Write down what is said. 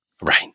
Right